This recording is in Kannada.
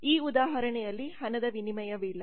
ಈ ಉದಾಹರಣೆಯಲ್ಲಿ ಹಣದ ವಿನಿಮಯವಿಲ್ಲ